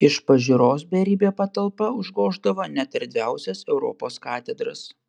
iš pažiūros beribė patalpa užgoždavo net erdviausias europos katedras